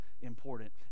important